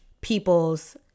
people's